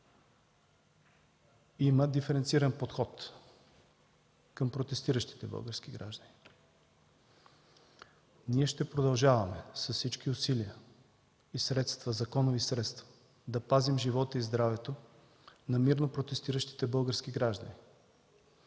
има диференциран подход към протестиращите български граждани. Ние ще продължаваме с всички усилия и законови средства да пазим живота и здравето на мирно протестиращите български граждани.